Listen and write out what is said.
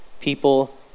people